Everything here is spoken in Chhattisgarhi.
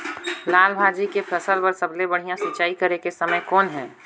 लाल भाजी के फसल बर सबले बढ़िया सिंचाई करे के समय कौन हे?